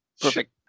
perfect